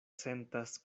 sentas